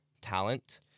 Talent